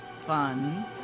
Fun